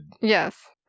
Yes